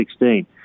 2016